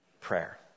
Prayer